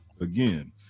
again